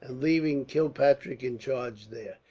leaving kilpatrick in charge there,